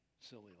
silly